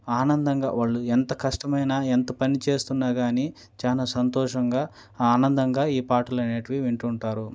ఆనందంగా వాళ్ళు ఎంత కష్టమైనా ఎంత పని చేస్తున్న కానీ చాలా సంతోషంగా ఆనందంగా ఈ పాటలు అనేవి వింటు ఉంటారు